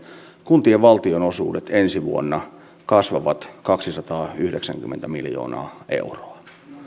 kuntien valtionosuudet ensi vuonna kasvavat kaksisataayhdeksänkymmentä miljoonaa euroa